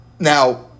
Now